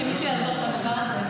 שמישהו יעזור לי עם האישה הזאת,